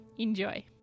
Enjoy